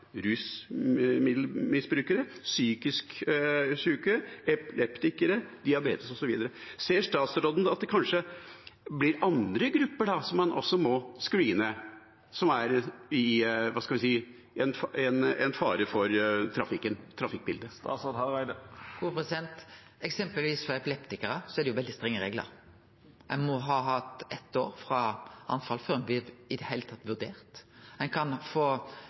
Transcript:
rusmisbrukere, er psykisk syke, har epilepsi, har diabetes osv. Ser statsråden at det kanskje blir andre grupper en også må screene, og som er en fare i trafikkbildet? For personar som har epilepsi, er det eksempelvis veldig strenge reglar. Ein må ha hatt eitt år utan anfall før ein i det heile blir vurdert. Ein kan òg få